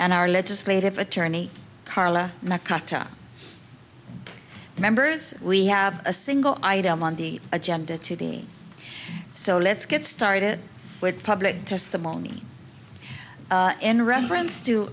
and our legislative attorney carla nakata members we have a single item on the agenda to be so let's get started with public testimony in reference to